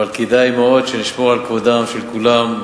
אבל כדאי מאוד שנשמור על כבודם של כולם,